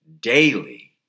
daily